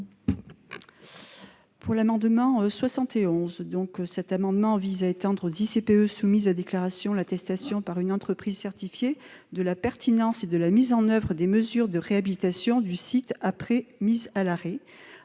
? L'amendement n° 71 vise à étendre aux ICPE soumises à déclaration l'attestation par une entreprise certifiée de la pertinence et de la mise en oeuvre des mesures de réhabilitation du site après mise à l'arrêt,